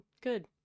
good